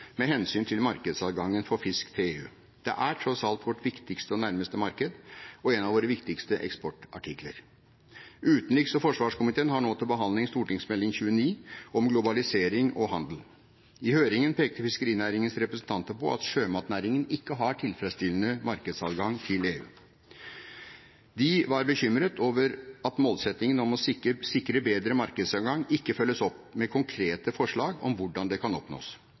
med hensyn til markedsadgangen for fisk til EU? Det er tross alt vårt viktigste og nærmeste marked og en av våre viktigste eksportartikler. Utenriks- og forsvarskomiteen har nå til behandling Meld. St. 29 for 2014–2015, Globalisering og handel. I høringen pekte fiskerinæringens representanter på at sjømatnæringen ikke har tilfredsstillende markedsadgang til EU. De var bekymret over at målsettingen om å sikre bedre markedsadgang ikke følges opp med konkrete forslag om hvordan det kan oppnås.